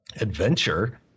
adventure